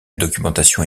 documentation